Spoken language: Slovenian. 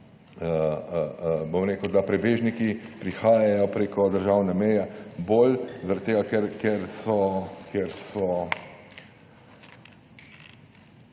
da ilegalni prebežniki prihajajo preko državne meje bolj zaradi tega, ker so